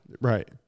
right